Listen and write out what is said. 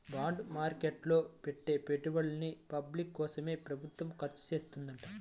bond market లో పెట్టే పెట్టుబడుల్ని పబ్లిక్ కోసమే ప్రభుత్వం ఖర్చుచేత్తదంట